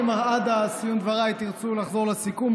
אם עד סיום דבריי תרצו לחזור לסיכום,